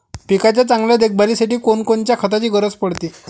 पिकाच्या चांगल्या देखभालीसाठी कोनकोनच्या खताची गरज पडते?